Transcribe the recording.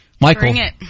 Michael